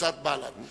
קבוצת בל"ד,